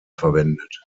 verwendet